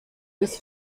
was